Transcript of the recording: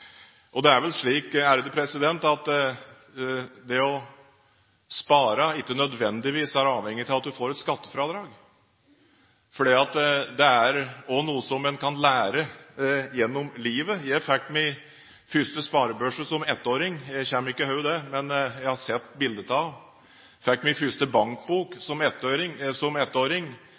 sparing. Det er vel slik at å spare ikke nødvendigvis er avhengig av at man får et skattefradrag, for det er også noe en kan lære gjennom livet. Jeg fikk min første sparebøsse som ettåring – jeg husker ikke det, men jeg har sett bilder av det – jeg fikk min første bankbok som ettåring,